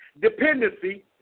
dependency